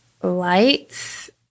lights